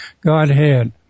Godhead